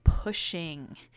pushing